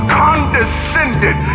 condescended